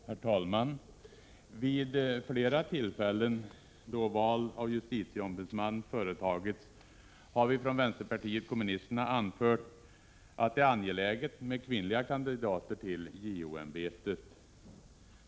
Herr talman! Vid flera tillfällen, då val av justitieombudsman företagits, har vi från vänsterpartiet kommunisterna anfört att det är angeläget med kvinnliga kandidater till JO-ämbetet.